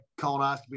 colonoscopy